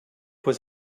was